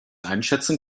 einschätzen